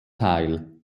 teil